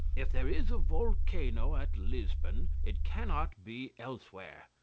if there is a volcano at lisbon it cannot be elsewhere.